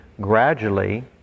gradually